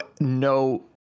no